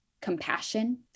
compassion